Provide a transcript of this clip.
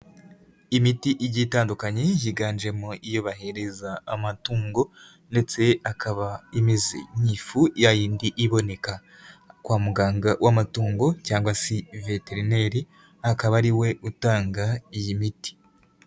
Imiti igiye itandukanye, yiganjemo iyo bahereza amatungo ndetse akaba imeze nk'ifu ya yindi iboneka kwa muganga w'amatungo cyangwa se veterineri, akaba ari we utanga iyi miti.